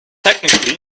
technically